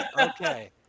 Okay